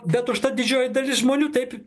bet užtat didžioji dalis žmonių taip